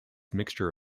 mixture